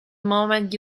moment